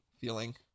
feeling